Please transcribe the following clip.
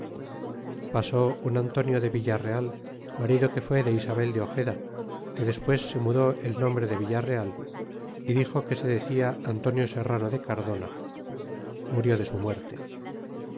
pasó un antonio de villarreal marido que fué de isabel de ojeda que despues se mudó el nombre de villarreal y dixo que se decia antonio serrano de cardona murió de su muerte